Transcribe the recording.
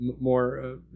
more